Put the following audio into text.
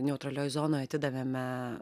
neutralioj zonoj atidavėme